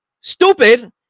stupid